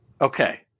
Okay